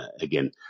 again